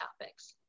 topics